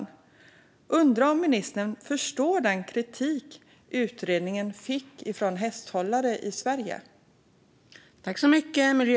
Jag undrar om ministern förstår den kritik utredningen fick från hästhållare i Sverige.